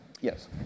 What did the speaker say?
Yes